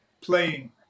playing